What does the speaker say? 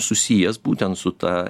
susijęs būtent su ta